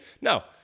no